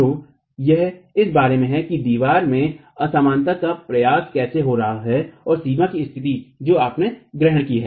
तो यह इस बारे में है कि दीवार में असमानता का प्रसार कैसे हो रहा है और सीमा की स्थिति जो आपने ग्रहण की है